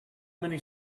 many